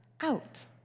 out